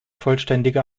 vollständige